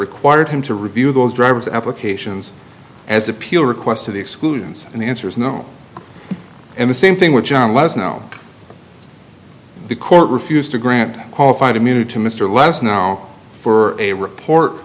required him to review those driver's applications as appeal requests to the exclusions and the answer is no and the same thing with john was no the court refused to grant qualified immunity to mr les now for a report